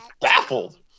baffled